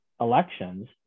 elections